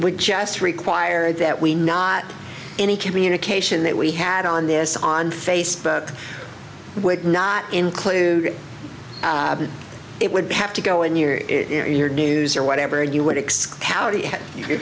would just require that we not any communication that we had on this on facebook would not include it would have to go in your news or whatever and you wou